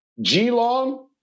G-Long